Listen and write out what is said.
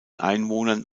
einwohnern